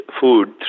food